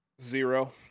Zero